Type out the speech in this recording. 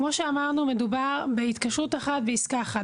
כמו שאמרנו, מדובר בהתקשרות אחת בעסקה אחת.